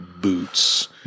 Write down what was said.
Boots